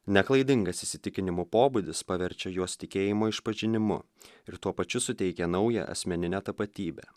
neklaidingas įsitikinimų pobūdis paverčia juos tikėjimo išpažinimu ir tuo pačiu suteikia naują asmeninę tapatybę